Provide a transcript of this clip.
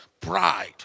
pride